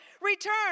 Return